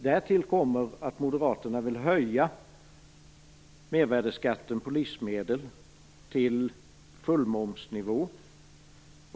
Därtill kommer att Moderaterna vill höja mervärdesskatten på livsmedel till fullmomsnivå.